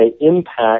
impact